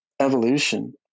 evolution